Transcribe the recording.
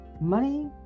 Money